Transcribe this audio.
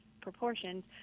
proportions